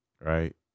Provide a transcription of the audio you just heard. Right